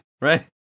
right